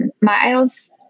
Miles